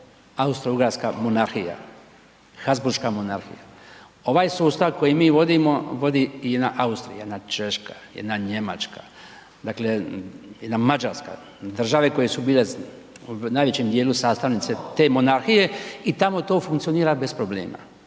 Austrougarska monarhija, Habsburška monarhija. Ovaj sustav koji mi vodimo, vodi jedna Austrija, jedna Češka, jedna Njemačka, dakle jedna Mađarska, države koje su bile u najvećem djelu sastavnice te monarhije i tamo to funkcionira bez problema,